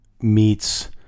meets